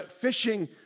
Fishing